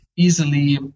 Easily